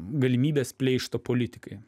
galimybės pleišto politikai